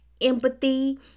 empathy